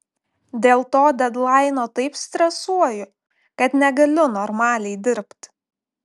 dėl to dedlaino taip stresuoju kad negaliu normaliai dirbt